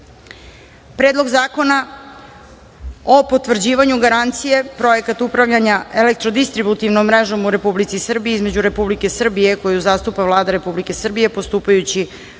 Predlog zakona o potvrđivanju Garancije (Projekat upravljanja elektrodistributivnom mrežom u Republici Srbiji) između Republike Srbije koju zastupa Vlada Republike Srbije postupajući